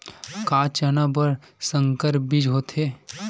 का चना बर संकर बीज होथे?